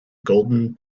golden